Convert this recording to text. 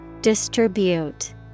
Distribute